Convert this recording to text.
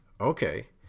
Okay